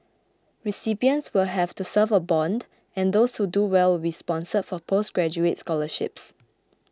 recipients will have to serve a bond and those who do well will be sponsored for postgraduate scholarships